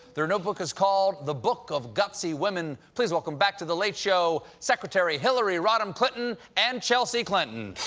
their new book is called the book of gutsy women. please welcome back to the late show, secretary hillary rodham clinton and chelsea clinton!